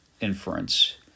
inference